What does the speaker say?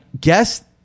guess